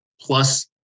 plus